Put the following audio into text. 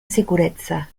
sicurezza